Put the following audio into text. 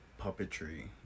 puppetry